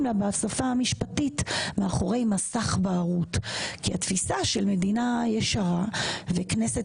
לה בשפה המשפטית מאחורי מסך בערות כי התפיסה של מדינה ישרה וכנסת